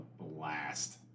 blast